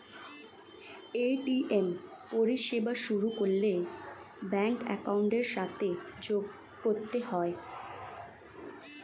ATM পরিষেবা শুরু করলে ব্যাঙ্ক অ্যাকাউন্টের সাথে যোগ করতে হয়